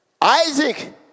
Isaac